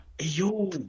Yo